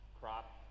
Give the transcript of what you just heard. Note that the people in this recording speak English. crop